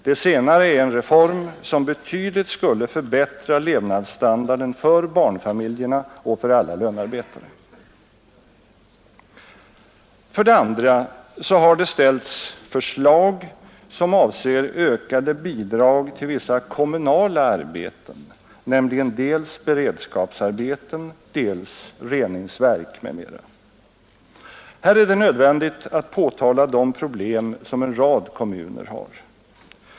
Det senare är en reform som betydligt skulle förbättra levnadsstandarden för barnfamiljerna och för alla lönarbetare. För det andra har det ställts förslag som avser ökade bidrag till vissa kommunala arbeten, nämligen dels beredskapsarbeten, dels reningsverk m.m. Här är det nödvändigt att påtala de problem som en rad kommuner har.